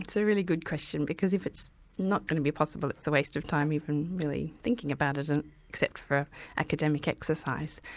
it's a really good question, because if it's not going to be possible it's a waste of time, even really thinking about it, and except for academic exercise.